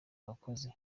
abakozi